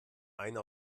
einer